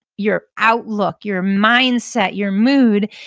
your outlook, your mindset, your mood,